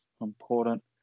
important